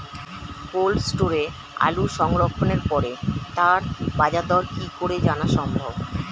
Cold স্টোরে আলু সংরক্ষণের পরে তার বাজারদর কি করে জানা সম্ভব?